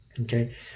okay